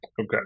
Okay